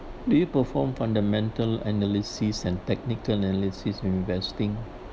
do you perform fundamental analysis and technical analysis when investing